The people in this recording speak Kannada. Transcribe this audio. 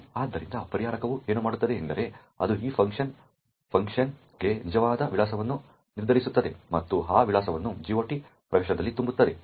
ಆದ್ದರಿಂದ ಪರಿಹಾರಕವು ಏನು ಮಾಡುತ್ತದೆ ಎಂದರೆ ಅದು ಈ ಫಂಕ್ಷನ್ ಫಂಕ್ಗೆ ನಿಜವಾದ ವಿಳಾಸವನ್ನು ನಿರ್ಧರಿಸುತ್ತದೆ ಮತ್ತು ಆ ವಿಳಾಸವನ್ನು GOT ಪ್ರವೇಶದಲ್ಲಿ ತುಂಬುತ್ತದೆ